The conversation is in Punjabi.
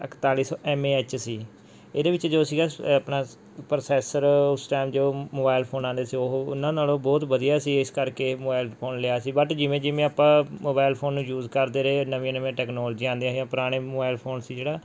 ਇੱਕਤਾਲੀ ਸੌ ਐੱਮ ਏ ਐੱਚ ਸੀ ਇਹਦੇ ਵਿੱਚ ਜੋ ਸੀਗਾ ਆਪਣਾ ਪ੍ਰੋਸੈਸਰ ਉਸ ਟਾਈਮ ਜੋ ਮਬੈਲ ਫੋਨ ਆਉਂਦੇ ਸੀ ਉਹ ਉਨ੍ਹਾਂ ਨਾਲੋਂ ਬਹੁਤ ਵਧੀਆ ਸੀ ਇਸ ਕਰਕੇ ਮਬੈਲ ਫੋਨ ਲਿਆ ਸੀ ਬੱਟ ਜਿਵੇਂ ਜਿਵੇਂ ਆਪਾਂ ਮਬੈਲ ਫੋਨ ਨੂੰ ਯੂਜ ਕਰਦੇ ਰਹੇ ਨਵੀਆਂ ਨਵੀਆਂ ਟੈਕਨੋਲਜੀਆਂ ਆਉਂਦੀਆਂ ਪੁਰਾਣੇ ਮਬੈਲ ਫੋਨ ਸੀ ਜਿਹੜਾ